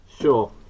Sure